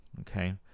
okay